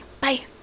bye